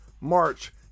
March